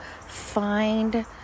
find